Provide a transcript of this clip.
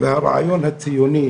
והרעיון הציוני